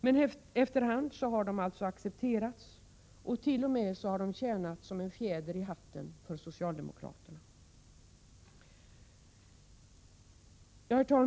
Men efter hand så har de accepterats och t.o.m. tjänat som en fjäder i hatten för socialdemokratin.